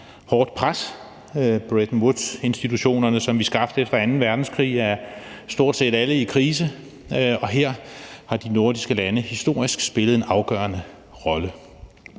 hårdt pres. Bretton Woods-institutionerne, som vi skabte efter anden verdenskrig, er stort set alle i krise. Her har de nordiske lande historisk spillet en afgørende rolle,